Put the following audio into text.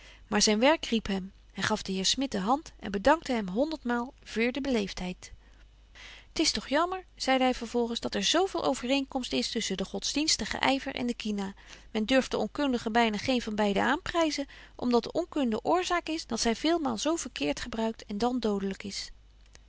maar zyn werk riep hem hy gaf den heer smit de hand en bedankte wel honderdmaal veur de beleeftheid t is toch jammer zeide hy vervolgens dat er zo veel overeenkomst is tusschen den godsdienstigen yver en de kina men durft den onkundigen byna geen van beide aanpryzen om dat de onkunde oorzaak is dat zy veelmaal zo verkeert gebruikt en dan dodelyk is